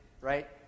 right